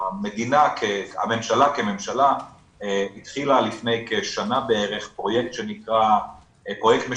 הממשלה כממשלה התחילה לפני כשנה בערך פרויקט משותף